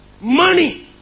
money